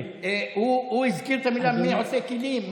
הוא הזכיר את המילים "מי עושה כלים",